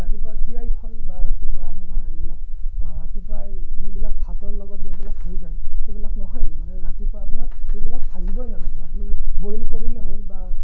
ৰাতিপুৱা তিয়াই থয় বা ৰাতিপুৱা আপোনাৰ এইবিলাক ৰাতিপুৱাই যোনবিলাক ভাতৰ লগত যোনবিলাক হৈ যায় সেইবিলাক নহয় মানে ৰাতিপুৱা আপোনাৰ সেইবিলাক ভাজিবই নালাগে আপুনি বইল কৰিলেই হ'ল বা